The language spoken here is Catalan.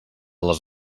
les